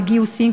בגיוסים,